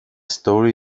story